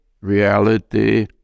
reality